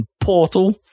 Portal